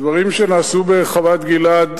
הדברים שנעשו בחוות-גלעד